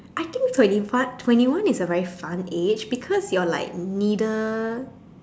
I think twenty one twenty one is a very fun age because you're like neither